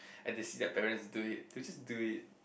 and they see their parents doing it they just do it